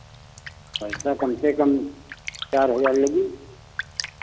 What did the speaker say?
पैसा कम से कम चार हज़ार लगी